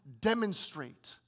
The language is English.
demonstrate